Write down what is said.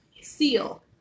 Seal